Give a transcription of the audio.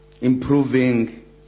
improving